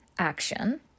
action